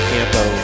Campo